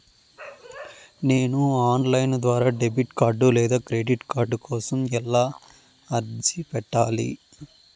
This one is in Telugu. నేను ఆన్ లైను ద్వారా డెబిట్ కార్డు లేదా క్రెడిట్ కార్డు కోసం ఎలా అర్జీ పెట్టాలి?